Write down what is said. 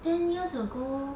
ten years ago